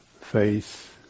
faith